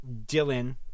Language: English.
Dylan